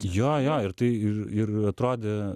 jo jo ir tai ir ir atrodė